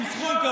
איפה הוא?